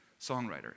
songwriter